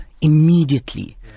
immediately